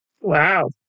Wow